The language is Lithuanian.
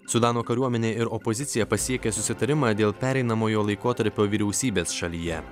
sudano kariuomenė ir opozicija pasiekė susitarimą dėl pereinamojo laikotarpio vyriausybės šalyje